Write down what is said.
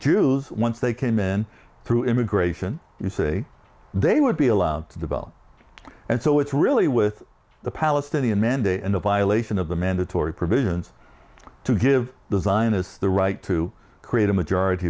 jews once they came in through immigration you say they would be allowed to develop and so it's really with the palestinian mandate and a violation of the mandatory provisions to give designers the right to create a majority